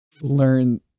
learn